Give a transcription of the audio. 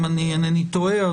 אם אינני טועה,